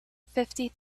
fifty